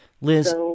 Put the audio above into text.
liz